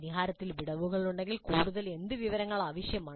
പരിഹാരത്തിൽ വിടവുകളുണ്ടെങ്കിൽ കൂടുതൽ എന്ത് വിവരങ്ങൾ ആവശ്യമാണ്